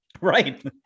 right